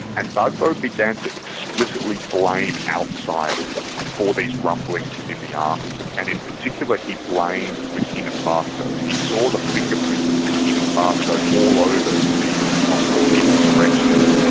and gbagbo began to explicitly blame outsiders for these rumblings within the army, and in particular he blamed burkina faso. he saw the fingerprint of burkina faso all over the the possible insurrection.